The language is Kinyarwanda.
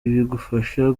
bigufasha